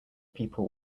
people